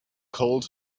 called